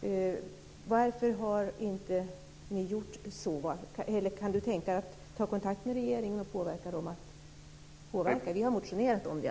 Varför har man inte gjort så? Kan Lennart Klockare tänka sig att ta kontakt med regeringen och påverka dem? Vi har i alla fall motionerat om det.